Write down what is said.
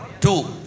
two